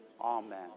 Amen